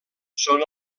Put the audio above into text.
són